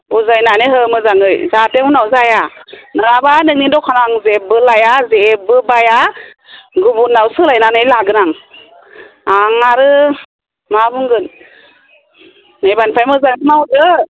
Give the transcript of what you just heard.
बुजायनानै हो मोजाङै जाहाथे उनाव जाया नोङाब्ला नोंनि दखानाव आं जेबो लाया जेबो बाया गुबुनाव सोलायनानै लागोन आं आं आरो मा बुंगोन एबारनिफ्राय मोजाङै मावदो